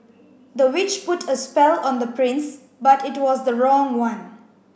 the witch put a spell on the prince but it was the wrong one